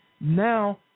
Now